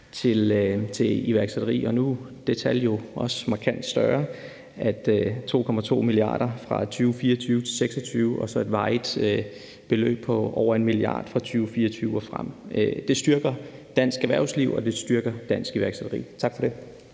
til iværksætteri, og nu er det tal jo også markant større. Det er 2,2 mia. kr. fra 2024 til 2026 og så et varigt beløb på over 1 mia. kr. fra 2027 og frem. Det styrker dansk erhvervsliv, og det styrker dansk iværksætteri. Tak for det.